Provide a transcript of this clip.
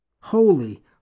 Holy